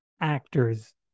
actors